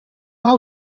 how